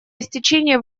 истечения